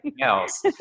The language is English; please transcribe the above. else